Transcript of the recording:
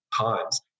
times